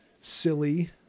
silly